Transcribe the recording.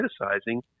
criticizing